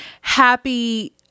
Happy